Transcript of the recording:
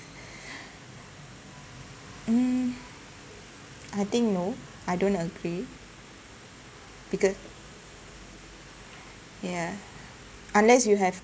hmm I think no I don't agree because ya unless you have